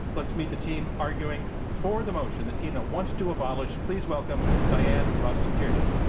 let's meet the team arguing for the motion, the team that wants to abolish. please welcome diann rust tierney.